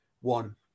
one